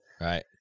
Right